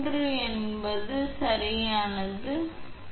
எனவே இதை நீங்கள் உறை என்று அழைக்கிறீர்கள் இது நடத்துனர் 3